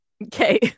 Okay